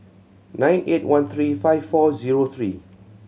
nine eight one three five four zero three